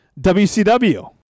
WCW